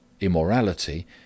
immorality